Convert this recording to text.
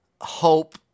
hope